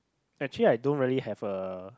actually I don't really have a